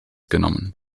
genommen